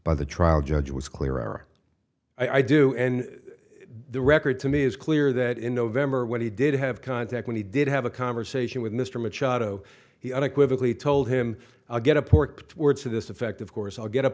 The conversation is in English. by the trial judge was clearer i do and the record to me is clear that in november when he did have contact when he did have a conversation with mr machado he unequivocally told him i'll get a porked words to this effect of course i'll get a